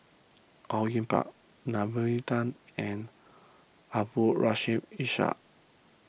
Au Yue Pak Naomi Tan and Abdul Rahim Ishak